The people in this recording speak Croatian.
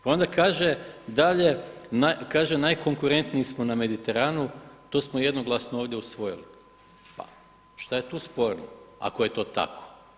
Pa onda kaže dalje, kaže: „Najkonkurentniji smo na Mediteranu, to smo jednoglasno ovdje usvojili.“ Pa, što je tu sporno ako je to tako?